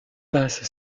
passe